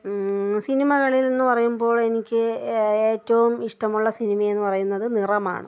സിനിമകളിൽ എന്ന് പറയുമ്പോൾ എനിക്ക് ഏ ഏറ്റവും ഇഷ്ടമുള്ള സിനിമ എന്നു പറയുന്നത് നിറമാണ്